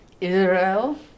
Israel